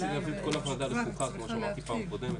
רציתי להבין, כמו שאמרתי בפעם הקודמת.